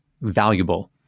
valuable